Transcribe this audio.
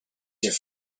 here